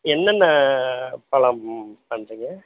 என்னென்ன பழம் பண்ணுறீங்க